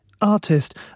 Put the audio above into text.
artist